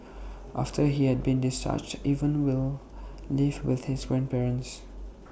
after he had been discharged Evan will live with his grandparents